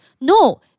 no